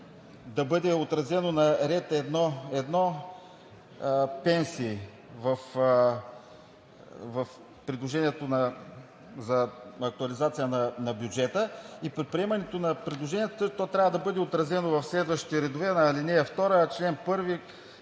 да бъде отразено на ред 1.1 „Пенсии“.“ В предложението за актуализация на бюджета и предприемане на предложенията, то трябва да бъде отразено в следващите редове на ал. 2, чл. 1,